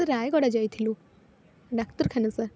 ରାୟଗଡ଼ା ଯାଇଥିଲୁ ଡ଼ାକ୍ତରଖାନା ସାର୍